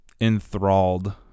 enthralled